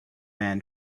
man